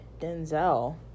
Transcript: Denzel